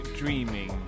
dreaming